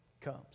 comes